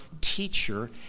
teacher